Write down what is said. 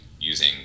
using